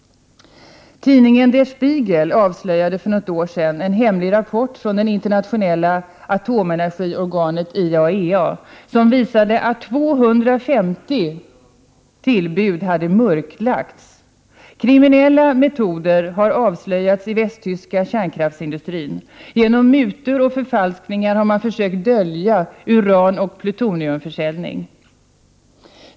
Tidningen Der Spiegel avslöjade för något år sedan en hemlig rapport från hade mörklagts. Kriminella metoder har avslöjats i den västtyska kärnkraftsindustrin. Genom mutor och förfalskningar har man försökt dölja uranoch plutoniumförsäljning.